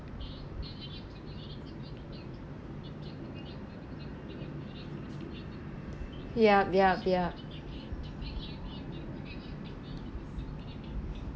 yup yup yup